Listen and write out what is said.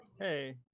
Hey